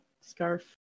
scarf